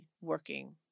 working